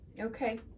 Okay